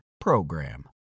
PROGRAM